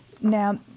Now